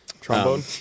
Trombone